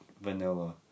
Vanilla